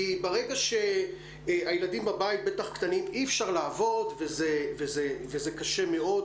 כי ברגע שהילדים בבית בטח קטנים אי אפשר לעבוד וזה קשה מאוד,